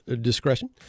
discretion